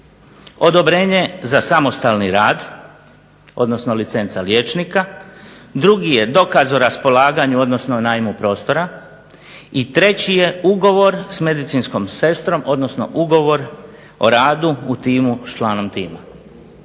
odobrenje za samostalni rad, odnosno licenca liječnika. Drugi je dokaz o raspolaganju, odnosno najmu prostora. I treći je ugovor s medicinskom sestrom, odnosno ugovor o radu u timu s članom tima.